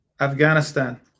Afghanistan